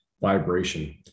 vibration